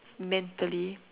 mentally